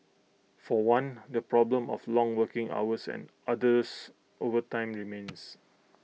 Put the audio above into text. for one the problem of long working hours and arduous overtime remains